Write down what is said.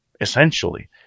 essentially